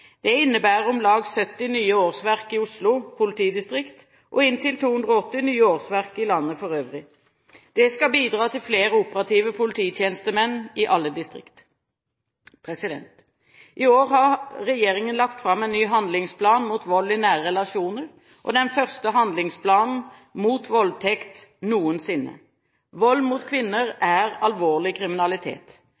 Det innebærer om lag 70 nye årsverk i Oslo politidistrikt og inntil 280 nye årsverk i landet for øvrig. Det skal bidra til flere operative polititjenestemenn i alle distrikt. I år har regjeringen lagt fram en ny handlingsplan mot vold i nære relasjoner og den første handlingsplanen mot voldtekt noensinne. Vold mot kvinner